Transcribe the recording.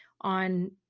on